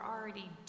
already